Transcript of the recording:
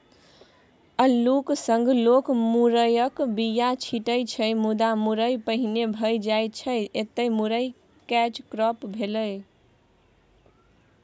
अल्लुक संग लोक मुरयक बीया छीटै छै मुदा मुरय पहिने भए जाइ छै एतय मुरय कैच क्रॉप भेलै